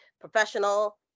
Professional